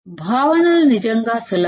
భావనలు నిజంగా సులభం